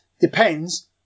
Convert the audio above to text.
depends